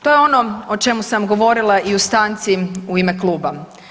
To je ono o čemu sam govorila i u stanci u ime kluba.